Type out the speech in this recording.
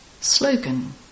Slogan